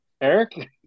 Eric